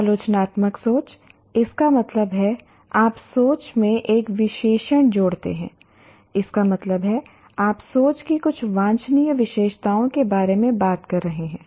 आलोचनात्मक सोच इसका मतलब है आप सोच में एक विशेषण जोड़ते हैं इसका मतलब है आप सोच की कुछ वांछनीय विशेषताओं के बारे में बात कर रहे हैं